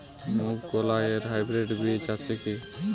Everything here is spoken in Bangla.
মুগকলাই এর হাইব্রিড বীজ আছে কি?